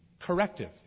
Corrective